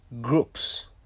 groups